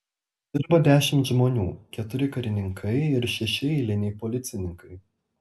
dirba dešimt žmonių keturi karininkai ir šeši eiliniai policininkai